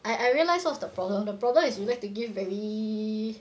I I realise what's the problem the problem is you like to give very